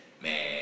Man